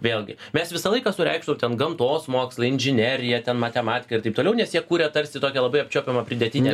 vėlgi mes visą laiką sureikšminam ten gamtos mokslai inžinerija ten matematika ir taip toliau nes jie kuria tarsi tokią labai apčiuopiamą pridėtinę